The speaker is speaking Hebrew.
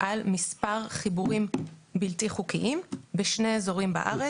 על מספר חיבורים בלתי חוקיים בשני אזורים בארץ.